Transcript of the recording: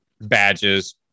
badges